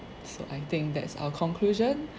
so I think that's our conclusion